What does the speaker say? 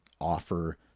offer